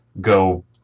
go